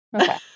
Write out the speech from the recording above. Okay